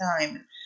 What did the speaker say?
time